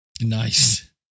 Nice